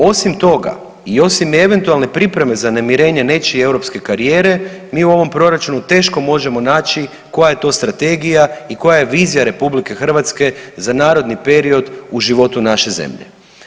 Osim toga i osim eventualne pripreme za namirenje nečije europske karijere mi u ovom proračunu teško možemo naći koja je to strategija i koja je vizija RH za naredni period u životu naše zemlje.